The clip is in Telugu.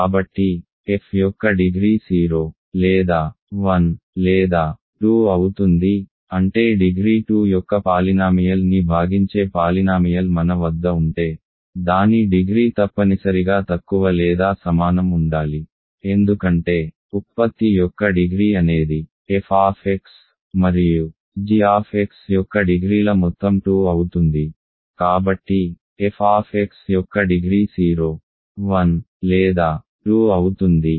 కాబట్టి f యొక్క డిగ్రీ 0 లేదా 1 లేదా 2 అవుతుంది అంటే డిగ్రీ 2 యొక్క పాలినామియల్ ని భాగించే పాలినామియల్ మన వద్ద ఉంటే దాని డిగ్రీ తప్పనిసరిగా తక్కువ లేదా సమానం ఉండాలి ఎందుకంటే ఉత్పత్తి యొక్క డిగ్రీ అనేది f మరియు gx యొక్క డిగ్రీల మొత్తం 2 అవుతుంది కాబట్టి f యొక్క డిగ్రీ 0 1 లేదా 2 అవుతుంది